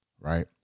right